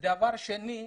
שנית,